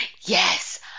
Yes